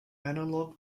analog